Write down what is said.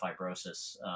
fibrosis